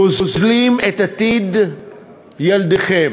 גוזלים את עתיד ילדיכם,